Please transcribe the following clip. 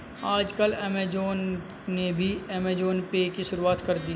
आजकल ऐमज़ान ने भी ऐमज़ान पे की शुरूआत कर दी है